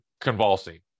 convulsing